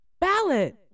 ballot